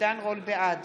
בעד